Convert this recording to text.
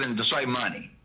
and this ah money?